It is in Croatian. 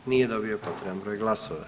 Nije dobio potreban broj glasova.